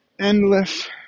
endless